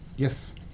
Yes